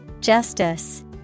Justice